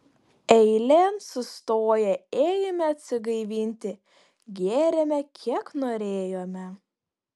eilėn sustoję ėjome atsigaivinti gėrėme kiek norėjome